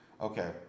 Okay